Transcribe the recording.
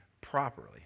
properly